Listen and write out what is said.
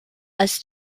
als